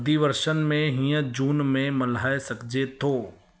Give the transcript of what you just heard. अधिवर्षनि में हीअ जून में मल्हाए सघिजे थो